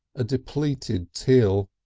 a depleted till,